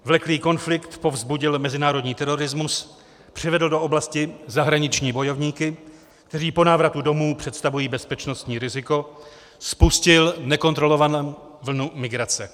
Vleklý konflikt povzbudil mezinárodní terorismus, přivedl do oblasti zahraniční bojovníky, kteří po návratu domů představují bezpečnostní riziko, spustil nekontrolovanou vlnu migrace.